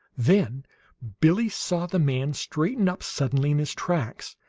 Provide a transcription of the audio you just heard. then billie saw the man straighten up suddenly in his tracks,